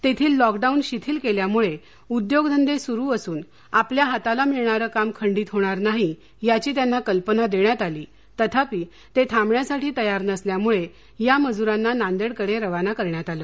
तेथील लॉकडाऊन शिथिल केल्यामुळे उद्योगधंदे सुरु असून आपल्या हाताला मिळणारे काम खंडित होणार नाही याची त्यांना कल्पना देण्यात आली तथापि ते थांबण्यासाठी तयार नसल्यामुळे या मजुरांना नांदेडकडे रवाना करण्यात आले